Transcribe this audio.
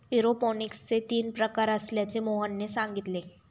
एरोपोनिक्सचे तीन प्रकार असल्याचे मोहनने सांगितले